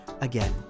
Again